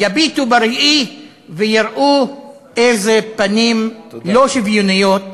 יביטו בראי ויראו איזה פנים לא שוויוניות,